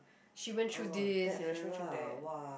she went through this and also went through that